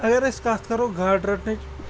اَگر أسۍ کَتھ کَرو گاڈٕ رَٹنٕچ